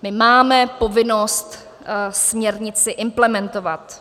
My máme povinnost směrnici implementovat.